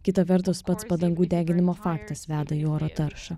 kita vertus pats padangų deginimo faktas veda į oro taršą